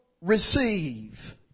receive